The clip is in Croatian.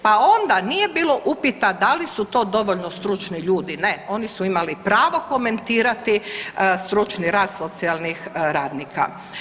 Pa onda nije bilo upita da li su to dovoljno stručni ljudi, ne, oni su imali pravo komentirati stručni rad socijalnih radnika.